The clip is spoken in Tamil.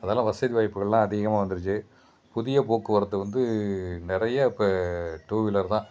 அதெல்லாம் வசதி வாய்ப்புகளெலாம் அதிகமாக வந்துருச்சு புதிய போக்குவரத்து வந்து நிறைய இப்போ டூ வீலர்தான்